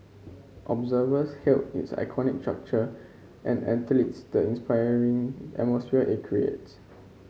observers hailed its iconic structure and athletes the inspiring atmosphere it creates